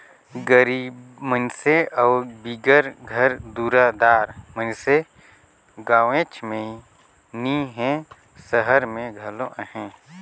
गरीब मइनसे अउ बिगर घर दुरा दार मइनसे गाँवेच में नी हें, सहर में घलो अहें